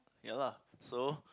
ya lah so